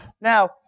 Now